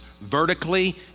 vertically